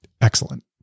excellent